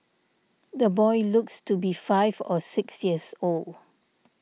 the boy looks to be five or six years old